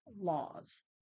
laws